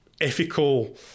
ethical